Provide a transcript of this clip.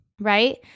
right